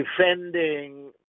defending